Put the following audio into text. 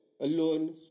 alone